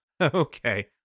Okay